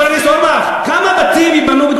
לא היו משחררים מחבלים רוצחים.